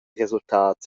resultats